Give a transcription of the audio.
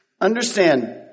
Understand